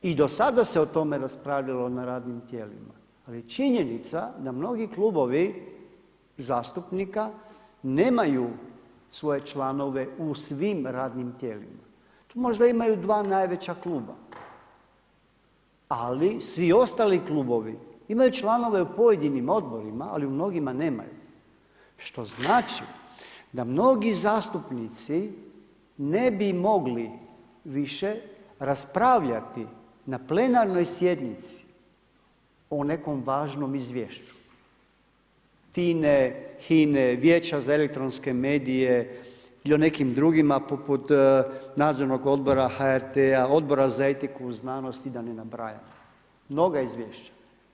I do sada se o tome raspravljalo na radnim tijelima, ali činjenica da mnogi klubovi zastupnika nemaju svoje članove u svim radnim tijelima, to možda imaju dva najveća kluba, ali svi ostali klubovi imaju članove u pojedinim odborima ali u mnogima nemaju što znači da mnogi zastupnici ne bi mogli više raspravljati na plenarnoj sjednici o nekom važnom izvješću FINA-e, HINA-e, Vijeća za elektroničke medije ili o nekim drugima poput Nadzornog odbora HRT-a, Odbora za etiku, znanost i da ne nabrajam mnoga izvješća.